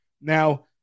Now